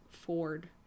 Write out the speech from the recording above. Ford